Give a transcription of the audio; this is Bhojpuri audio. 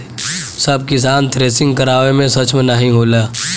सब किसान थ्रेसिंग करावे मे सक्ष्म नाही होले